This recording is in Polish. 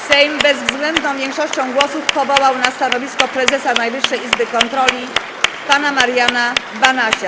Sejm bezwzględną większością głosów powołał na stanowisko prezesa Najwyższej Izby Kontroli pana Mariana Banasia.